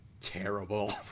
terrible